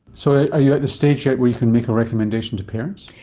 so are you at the stage yet where you can make a recommendation to parents?